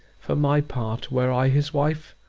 for my part, were i his wife!